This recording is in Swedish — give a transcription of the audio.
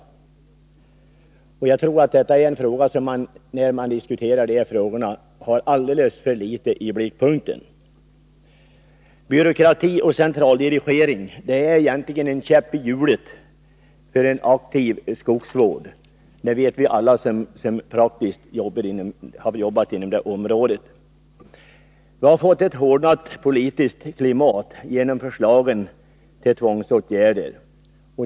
Jag tror att det är ett förhållande som man har alldeles för litet i blickpunkten när man diskuterar de här frågorna. Byråkrati och centraldirigering är egentligen en käpp i hjulet för en aktiv skogsvård — det vet vi alla som praktiskt har jobbat inom det området. Vi har fått ett hårdnat politiskt klimat genom förslagen till tvångsåtgärder.